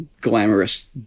glamorous